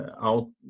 out